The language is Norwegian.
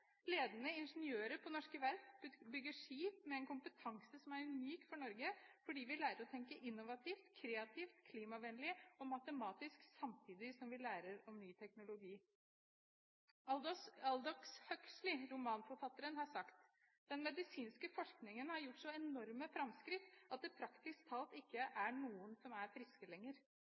Ledende ingeniører på norske verft bygger skip med en kompetanse som er unik for Norge, fordi vi lærer å tenke innovativt, kreativt, klimavennlig og matematisk, samtidig som vi lærer om ny teknologi. Aldous Huxley, romanforfatteren, har sagt: «Den medisinske forskningen har gjort så enorme framskritt at det praktisk talt ikke er noen som er friske lenger.»